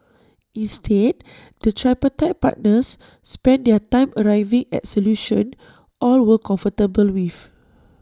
instead the tripartite partners spent their time arriving at solutions all were comfortable with